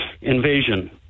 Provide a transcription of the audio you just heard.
invasion